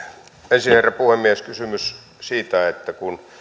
ensin herra puhemies kysymys siitä että